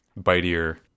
bitier